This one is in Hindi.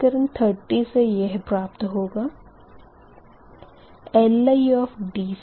समीकरण 30 से यह प्राप्त होगा LidCidPgiλ